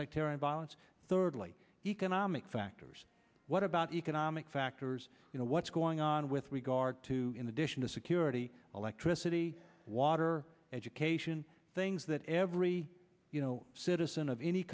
sectarian violence thirdly economic factors what about economic factors you know what's going on with regard to in addition to security electricity water education things that every citizen of any